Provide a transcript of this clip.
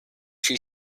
she